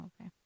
okay